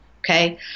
Okay